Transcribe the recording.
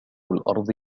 الأرض